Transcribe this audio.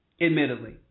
Admittedly